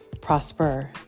prosper